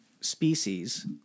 species